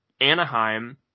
Anaheim